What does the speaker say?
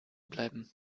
bleiben